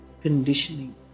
conditioning